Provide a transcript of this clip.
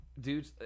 dude